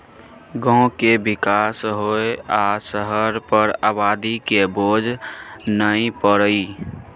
गांव के विकास होइ आ शहर पर आबादी के बोझ नइ परइ